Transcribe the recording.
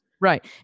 Right